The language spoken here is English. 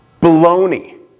Baloney